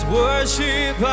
worship